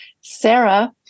Sarah